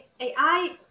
AI